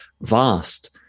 vast